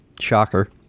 shocker